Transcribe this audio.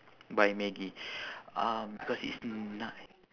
by maggi um because it's nice